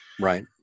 Right